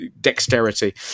dexterity